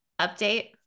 update